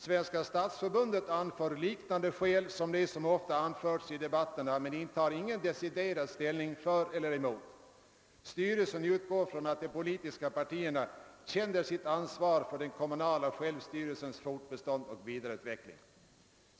Svenska stadsförbundet anför liknande skäl som de som ofta anförts i debatterna men intar ingen deciderad ställning för eller emot. Styrelsen utgår från att de politiska partierna känner sitt ansvar för den kommunala självstyrelsens fortbestånd och vidareutveckling.